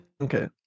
Okay